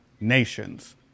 nations